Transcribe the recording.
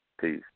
Peace